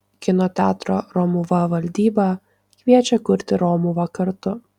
kino teatro romuva valdyba kviečia kurti romuvą kartu